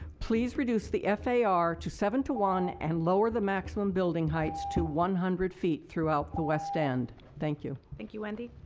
please reduce the far to seven to one and lower the maximum building heights to one hundred feet throughout the west end. thank you. thank you, wendy.